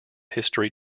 history